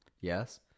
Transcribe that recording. yes